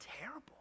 terrible